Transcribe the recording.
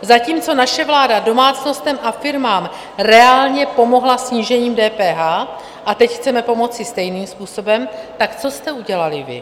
Zatímco naše vláda domácnostem a firmám reálně pomohla snížením DPH, a teď chceme pomoci stejným způsobem, tak co jste udělali vy?